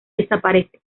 desaparece